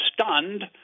stunned